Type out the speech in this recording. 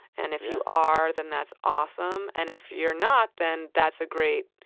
and if you are, then that's awesome. and if you're not, then that's a great,